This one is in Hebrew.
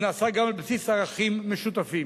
זה נעשה גם על בסיס ערכים משותפים.